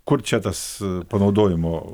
kur čia tas panaudojimo